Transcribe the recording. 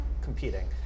competing